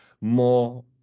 more